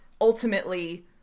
ultimately